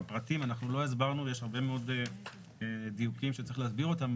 לא הסברנו ויש הרבה מאוד דיוקים שצריך להסביר אותם